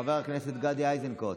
חבר הכנסת גדי איזנקוט.